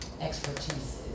expertise